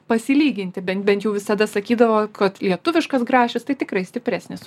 pasilyginti ben bent jau visada sakydavo kad lietuviškas grašis tai tikrai stipresnis